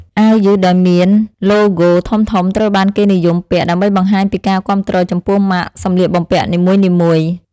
អាវយឺតដែលមានឡូហ្គោធំៗត្រូវបានគេនិយមពាក់ ដើម្បីបង្ហាញពីការគាំទ្រចំពោះម៉ាកសម្លៀកបំពាក់នីមួយៗ។